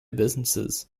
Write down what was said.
businesses